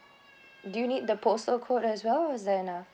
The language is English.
do you need the postal code as well as then ah